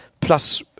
Plus